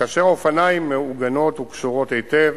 כאשר האופניים מעוגנים וקשורים היטב,